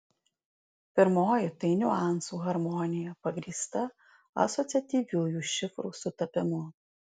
pirmoji tai niuansų harmonija pagrįsta asociatyviųjų šifrų sutapimu